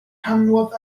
commonwealth